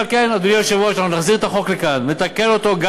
גם